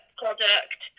product